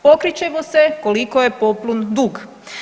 Pokrit ćemo se koliko je poplun dug.